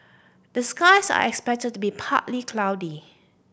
the skies are expected to be partly cloudy